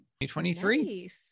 2023